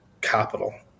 capital